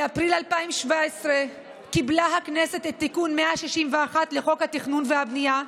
באפריל 2017 קיבלה הכנסת את תיקון 161 לחוק התכנון והבנייה,